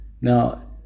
Now